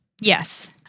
Yes